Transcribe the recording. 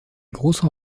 großer